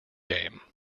game